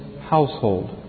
household